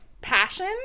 passion